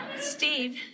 Steve